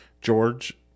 George